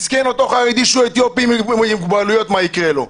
מסכן אותו חרדי שהוא אתיופי עם מוגבלויות מה יקרה לו.